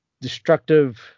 destructive